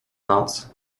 noc